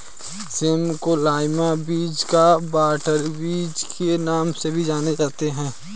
same को lima bean व butter bean के नाम से भी जानते हैं